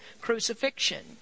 crucifixion